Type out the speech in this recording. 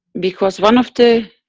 because one of the